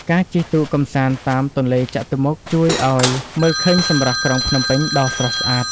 ការជិះទូកកម្សាន្តតាមទន្លេចតុមុខជួយឱ្យមើលឃើញសម្រស់ក្រុងភ្នំពេញដ៏ស្រស់ស្អាត។